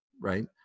right